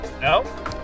No